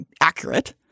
accurate